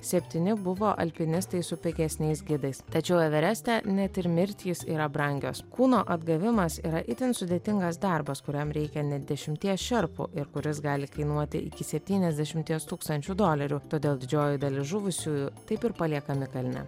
septyni buvo alpinistai su pigesniais gidais tačiau evereste net ir mirtys yra brangios kūno atgavimas yra itin sudėtingas darbas kuriam reikia net dešimties šerpų ir kuris gali kainuoti iki septyniasdešimties tūkstančių dolerių todėl didžioji dalis žuvusiųjų taip ir paliekami kalne